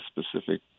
specific